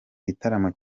gitaramo